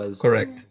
Correct